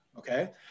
Okay